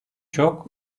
çok